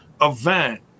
event